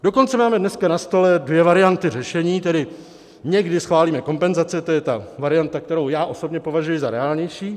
Dokonce my máme dneska na stole dvě varianty řešení, tedy někdy schválíme kompenzace, to je ta varianta, kterou já osobně považuji za reálnější.